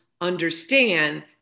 understand